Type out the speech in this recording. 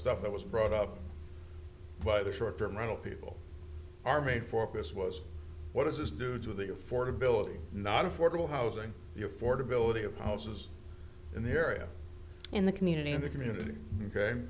stuff that was brought up by the short term rental people are made for this was what does this do to the affordability not affordable housing the affordability of houses in the area in the community in the community ok